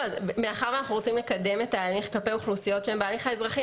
מאחר ואנחנו רוצים לקדם את ההליך כלפי אוכלוסיות שהן בהליך האזרחי,